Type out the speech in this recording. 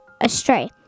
astray